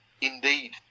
indeed